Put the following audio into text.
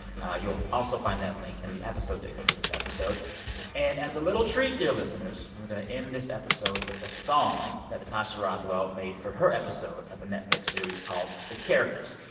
you'll also find that link in the episode data for this episode and as a little treat, dear listeners, we're going to end this episode with a song that natasha rothwell made for her episode of a netflix series called the characters.